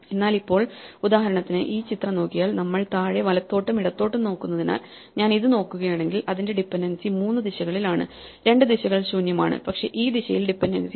എന്നാൽ ഇപ്പോൾ ഉദാഹരണത്തിന് ഈ ചിത്രം നോക്കിയാൽ നമ്മൾ താഴെ വലത്തോട്ടും ഇടത്തോട്ടും നോക്കുന്നതിനാൽ ഞാൻ ഇത് നോക്കുകയാണെങ്കിൽ അതിന്റെ ഡിപെൻഡൻസി മൂന്ന് ദിശകളിലാണ് രണ്ട് ദിശകൾ ശൂന്യമാണ് പക്ഷേ ഈ ദിശയിൽ ഡിപെൻഡൻസി ഉണ്ട്